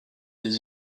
des